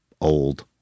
old